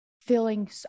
feeling